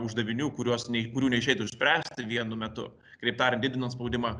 uždavinių kuriuos nei kurių neišeitų išspręsti vienu metu kitaip tariant didinant spaudimą